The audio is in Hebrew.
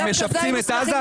אתם משפצים את עזה?